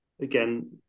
Again